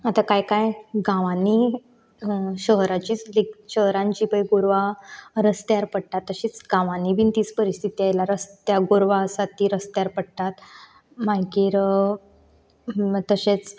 आतां काय काय गांवांनी शहरांची शहरान जी पळय गोरवां रसत्यार पडटा तशींत गांवांनी बी तींच परिस्थिती आयल्या रसत्याक गोरवां आसा ती रस्त्यार पडटात मागीर तशेंच